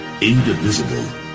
indivisible